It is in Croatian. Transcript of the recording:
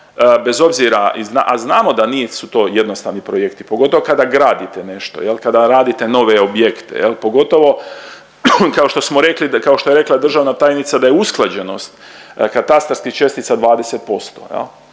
bez obzira, a znamo da nisu to jednostavni projekti pogotovo kada gradite nešto, kada radite nove objekte, pogotovo kao što smo rekli kao što je rekla državna tajnica da je usklađenost katastarskih čestica 20%.